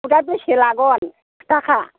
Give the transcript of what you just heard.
सुदआ बेसे लागोन खिथा खा